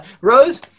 Rose